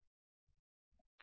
సంఖ్య